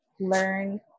learn